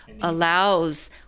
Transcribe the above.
allows